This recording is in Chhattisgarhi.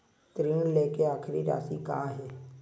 ऋण लेके आखिरी राशि का हे?